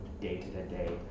day-to-day